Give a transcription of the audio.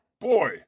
Boy